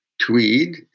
tweed